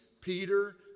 Peter